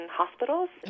hospitals